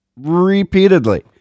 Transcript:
repeatedly